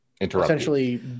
essentially